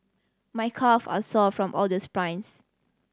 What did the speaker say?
my calves are sore from all the sprints